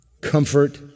comfort